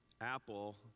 Apple